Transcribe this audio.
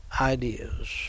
ideas